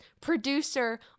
producer